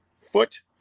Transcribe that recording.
foot